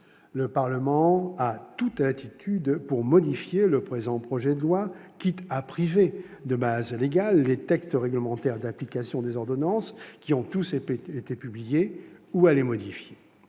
Le Parlement a toute latitude pour modifier le présent projet de loi, quitte à priver de base légale les textes réglementaires d'application des ordonnances, qui ont tous déjà été publiés, ou à les modifier.